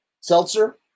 Seltzer